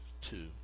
two